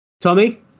Tommy